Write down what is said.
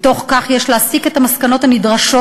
מתוך כך יש להסיק את המסקנות הנדרשות: